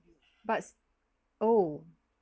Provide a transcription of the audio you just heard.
but oh